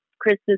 Christmas